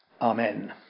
Amen